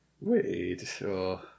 Wait